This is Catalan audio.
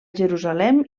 jerusalem